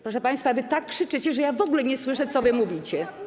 Proszę państwa, wy tak krzyczycie, że ja w ogóle nie słyszę, co wy mówicie.